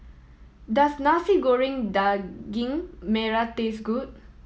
does Nasi Goreng Daging Merah taste good